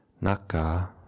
naka